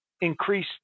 increase